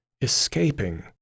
escaping